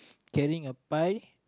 carrying a pie